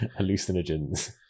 hallucinogens